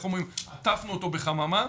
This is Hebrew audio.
עטפנו אותו בחממה.